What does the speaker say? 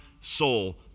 soul